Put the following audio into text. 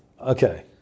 Okay